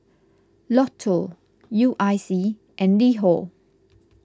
Lotto U I C and LiHo